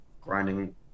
grinding